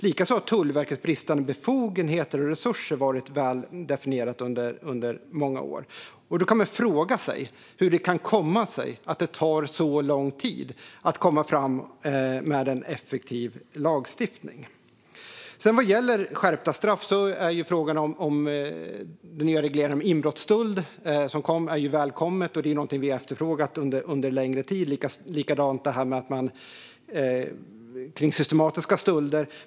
Likaså har Tullverkets bristande befogenheter och resurser varit väl definierade under många år. Då kan man fråga sig hur det kan komma sig att det tar så lång tid att få fram en effektiv lagstiftning. När det gäller skärpta straff är de nya reglerna om inbrottsstöld som har kommit välkomna. Det är någonting som vi har efterfrågat under längre tid, och detsamma gäller kring systematiska stölder.